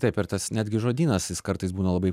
taip ir tas netgi žodynas jis kartais būna labai